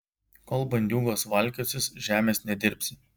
kol bandiūgos valkiosis žemės nedirbsi